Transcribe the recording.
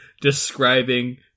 describing